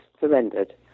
surrendered